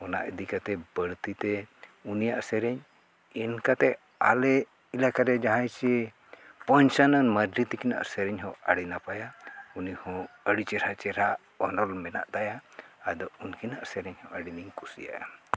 ᱚᱱᱟ ᱤᱫᱤ ᱠᱟᱛᱮᱫ ᱵᱟᱹᱲᱛᱤ ᱛᱮ ᱩᱱᱤᱭᱟᱜ ᱥᱮᱨᱮᱧ ᱤᱱᱠᱟᱹᱛᱮ ᱟᱞᱮ ᱮᱞᱟᱠᱟ ᱨᱮ ᱡᱟᱦᱟᱸᱭ ᱥᱮ ᱯᱚᱧᱪᱟᱱᱚᱱ ᱢᱟᱨᱰᱤ ᱛᱟᱹᱠᱤᱱᱟᱜ ᱥᱮᱨᱮᱧ ᱦᱚᱸ ᱟᱹᱰᱤ ᱱᱟᱯᱟᱭᱟ ᱩᱱᱤ ᱦᱚᱸ ᱟᱹᱰᱤ ᱪᱮᱨᱦᱟ ᱪᱮᱨᱦᱟ ᱚᱱᱚᱞ ᱢᱮᱱᱟᱜ ᱛᱟᱭᱟ ᱟᱫᱚ ᱩᱱᱠᱤᱱᱟᱜ ᱥᱮᱨᱮᱧ ᱦᱚᱸ ᱟᱹᱰᱤ ᱞᱤᱧ ᱠᱩᱥᱤᱭᱟᱜᱼᱟ